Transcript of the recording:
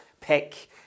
pick